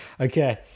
Okay